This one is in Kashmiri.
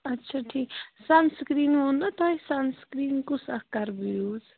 اَچھا ٹھی سَن سِکریٖن ووٚن نا تۄہہِ سَن سِکریٖن کُس اَکھ کَرٕ بہٕ یوٗز